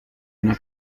una